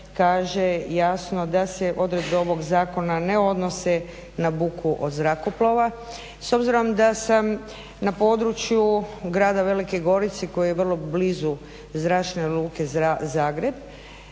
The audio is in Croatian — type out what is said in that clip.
kaže jasno da se odredbe ovog zakona ne odnose na buku od zrakoplova. S obzirom da sam na području grada Velike Gorice koji je vrlo blizu Zračne luke Zagreb